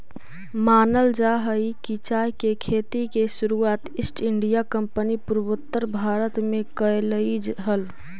मानल जा हई कि चाय के खेती के शुरुआत ईस्ट इंडिया कंपनी पूर्वोत्तर भारत में कयलई हल